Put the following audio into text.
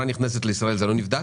כשסחורה נכנסת לישראל זה לא נבדק?